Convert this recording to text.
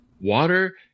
water